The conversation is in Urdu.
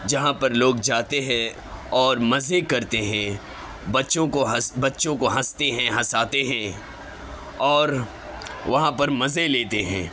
جہاں پر لوگ جاتے ہیں اور مزے کرتے ہیں بچوں کو بچوں کو ہنستے ہیں ہنساتے ہیں اور وہاں پر مزے لیتے ہیں